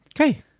Okay